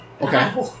Okay